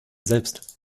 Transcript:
selbst